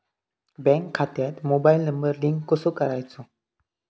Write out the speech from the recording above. Bank खात्यात mobile number link कसो करायचो?